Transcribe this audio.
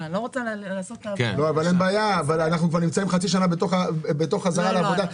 אין בעיה אבל אנחנו כבר נמצאים חצי שנה בתוך חזרה לעבודה.